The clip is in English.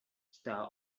star